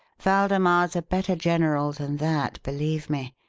waldemar's a better general than that, believe me.